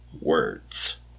words